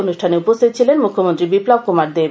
অনুষ্ঠানে উপস্থিত ছিলেন মুখ্যমন্ত্রী বিপ্লব কুমার দেব